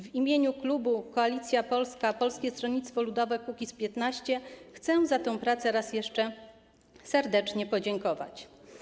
W imieniu klubu Koalicja Polska - Polskie Stronnictwo Ludowe - Kukiz15 chcę za tę pracę raz jeszcze serdecznie podziękować.